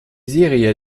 serie